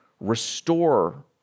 restore